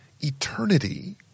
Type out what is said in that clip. eternity